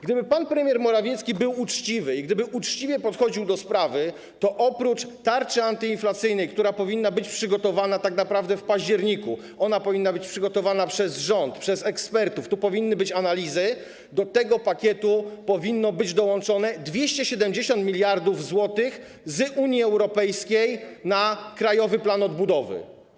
Gdyby pan premier Morawiecki był uczciwy i gdyby uczciwie podchodził do sprawy, to oprócz tarczy antyinflacyjnej - która powinna być przygotowana tak naprawdę w październiku i powinna być przygotowana przez rząd, przez ekspertów, tu powinny być analizy - do tego pakietu powinno być dołączone 270 mld zł z Unii Europejskiej na Krajowy Plan Odbudowy.